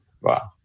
Wow